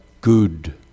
good